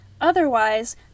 otherwise